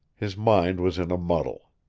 his mind was in a muddle.